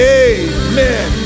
amen